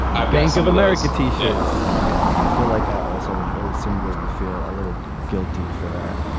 i guess of america t-shirts i feel like i also very similarly feel a little guilty for that.